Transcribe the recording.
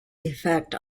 effect